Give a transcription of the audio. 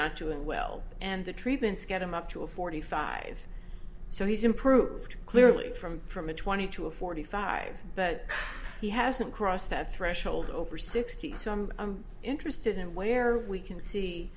not doing well and the treatments get him up to a forty sides so he's improved clearly from from a twenty to a forty five but he hasn't crossed that threshold over sixty some i'm interested in where we can see